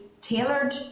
tailored